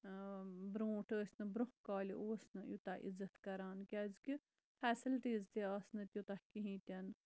برونٹھ ٲسۍ نہٕ برونہہ کالہِ اوس نہٕ یوٗتاہ عِزت کران کیازِ کہِ فیسلٹیٖز تہِ آسہٕ نہٕ تیوٗتاہ کِہینۍ تہِ نہٕ